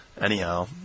Anyhow